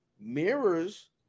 mirrors